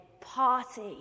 party